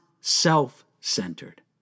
self-centered